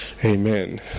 Amen